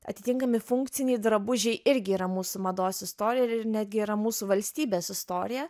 atitinkami funkciniai drabužiai irgi yra mūsų mados istorija ir netgi yra mūsų valstybės istorija